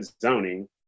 zoning